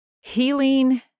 healing